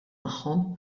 magħhom